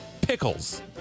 Pickles